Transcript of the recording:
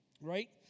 Right